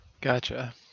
Gotcha